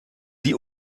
die